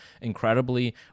incredibly